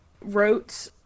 wrote